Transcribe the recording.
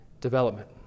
development